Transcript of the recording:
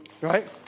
Right